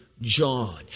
john